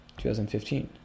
2015